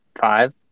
five